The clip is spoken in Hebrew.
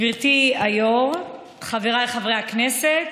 גברתי היו"ר, חבריי חברי הכנסת,